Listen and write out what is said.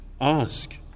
Ask